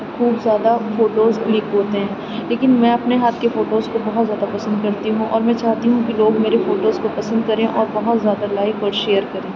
بہت زیادہ photos click ہوتے ہیں لیکن میں اپنے ہاتھ کے فوٹوز کو بہت زیادہ پسند کرتی ہوں اور میں چاہتی ہوں کہ لوگ میرے فوٹوز کو پسند کریں اور بہت زیادہ لائک اور شیئر کریں